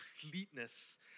completeness